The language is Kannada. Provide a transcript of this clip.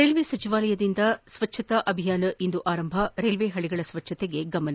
ರೈಲು ಸಚಿವಾಲಯದಿಂದ ಸ್ವಚ್ದತಾ ಅಭಿಯಾನ ಇಂದು ಆರಂಭ ರೈಲ್ವೆ ಹಳಿಗಳ ಸ್ವಚ್ದತೆಗೆ ಗಮನ